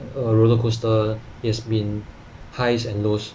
a roller coaster it's been highs and lows